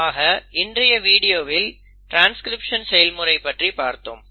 ஆக இன்றைய வீடியோவில் ட்ரான்ஸ்கிரிப்ஷன் செயல்முறை பற்றி பார்த்தோம்